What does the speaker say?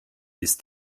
ist